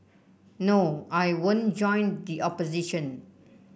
no I won't join the opposition